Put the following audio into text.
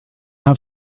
have